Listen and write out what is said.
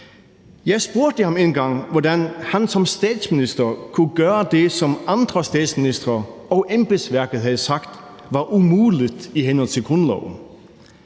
Jeg spurgte ham engang, hvordan han som statsminister kunne gøre det, som andre statsministre og embedsværket havde sagt var umuligt i henhold til grundloven.